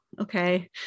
Okay